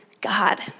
God